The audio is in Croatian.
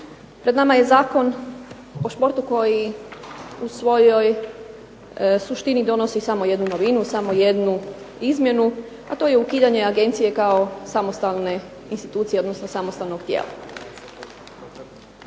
Pred nama je Zakon o športu koji u suštini donosi samo jednu novinu, samo jednu izmjenu, a to je ukidanje Agencije kao samostalne institucije, kao samostalnog tijela.